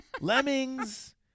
Lemmings